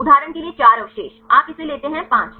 उदाहरण के लिए चार अवशेष आप इसे लेते हैं 5